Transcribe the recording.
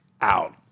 out